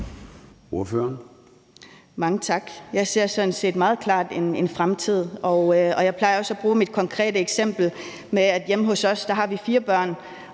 Mange tak. Jeg ser sådan set meget klart en fremtid, og jeg plejer også at bruge et konkret eksempel med, at hjemme hos os har vi fire børn,